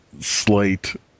slight